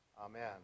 amen